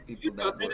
people